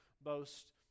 boast